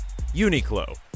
Uniqlo